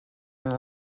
and